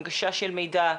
הנגשה של מידע,